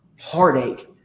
heartache